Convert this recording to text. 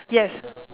yes